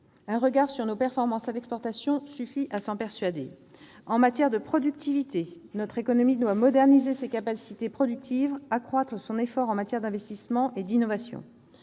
un regard sur nos performances à l'export suffit à s'en persuader. C'est vrai aussi en matière de productivité : notre économie doit moderniser ses capacités productives, accroître son effort en matière d'investissement et d'innovation.